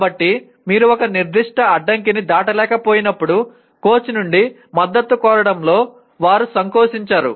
కాబట్టి మీరు ఒక నిర్దిష్ట అడ్డంకిని దాటలేకపోయినప్పుడు కోచ్ నుండి మద్దతు కోరడం లో వారు సంకోచించరు